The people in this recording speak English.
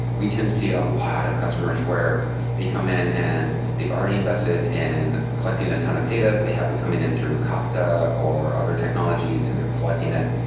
we tend to see a lot of customers where they come in and they've already invested in collecting a ton of data. they have it coming in through kafka or other technologies and they're collecting that.